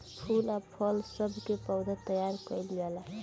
फूल आ फल सब के पौधा तैयार कइल जाला